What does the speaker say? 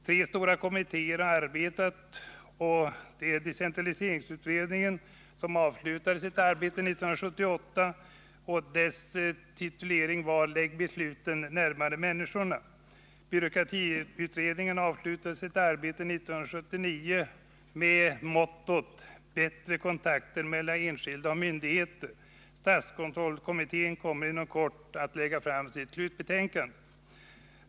Tre stora kommittéer har arbetat: Decentraliseringsutredningen avslutade sitt arbete 1978 med betänkandet Lägg besluten närmare människorna. Byråkratiutredningen avslutade sitt arbete 1979 med mottot Bättre kontakter mellan enskilda och myndigheter. Statskontrollkommittén kommer inom kort att lägga fram sitt slutbetänkande.